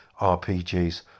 RPGs